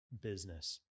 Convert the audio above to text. business